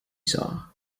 saw